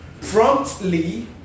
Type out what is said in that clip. promptly